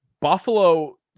Buffalo